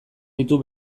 ditu